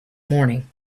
morning